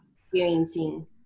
experiencing